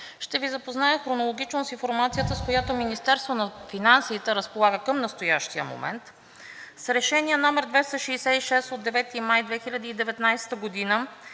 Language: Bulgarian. Ще Ви запозная хронологично с информацията, с която Министерството на финансите разполага към настоящия момент. С Решение № 266 от 9 май 2019 г.